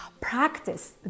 Practice